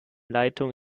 leitung